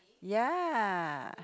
ya